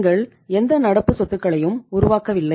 நீங்கள் எந்த நடப்பு சொத்துகளையும் உருவாக்கவில்லை